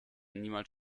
niemals